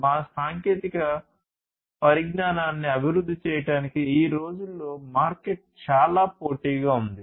మా సాంకేతిక పరిజ్ఞానాన్ని అభివృద్ధి చేయడానికి ఈ రోజుల్లో మార్కెట్ చాలా పోటీగా ఉంది